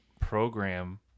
program